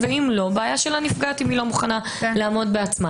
ואם לא בעיה של הנפגעת אם היא לא מוכנה לעמוד בעצמה.